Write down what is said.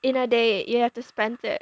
in a day you have to spend it